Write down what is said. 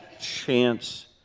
chance